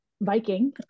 Viking